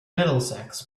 middlesex